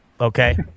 Okay